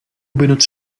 benutzt